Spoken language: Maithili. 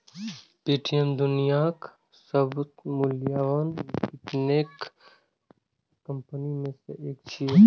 पे.टी.एम दुनियाक सबसं मूल्यवान फिनटेक कंपनी मे सं एक छियै